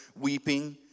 weeping